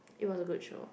it was a good show